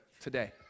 today